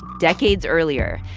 decades earlier,